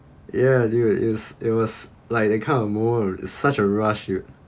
ya ya it's it was like that kind of more is such a rush you